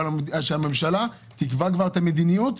אבל שהממשלה תקבע כבר את המדיניות.